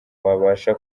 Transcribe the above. wabasha